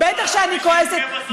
אבל מי שיבכה בסוף זה,